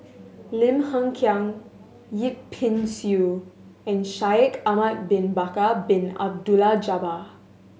Lim Hng Kiang Yip Pin Xiu and Shaikh Ahmad Bin Bakar Bin Abdullah Jabbar